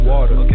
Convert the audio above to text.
Water